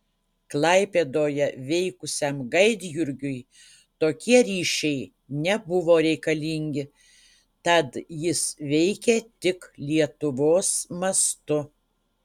klaipėdoje veikusiam gaidjurgiui tokie ryšiai nebuvo reikalingi tad jis veikė tik lietuvos mastu